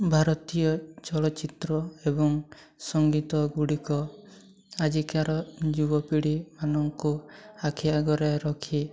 ଭାରତୀୟ ଚଳଚ୍ଚିତ୍ର ଏବଂ ସଙ୍ଗୀତଗୁଡ଼ିକ ଆଜିକାର ଯୁବପିଢ଼ୀମାନଙ୍କୁ ଆଖି ଆଗରେ ରଖି